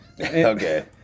Okay